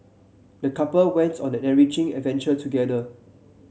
the couple went on an enriching adventure together